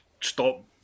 stop